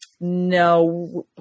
no